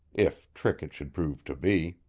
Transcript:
if trick it should prove to be.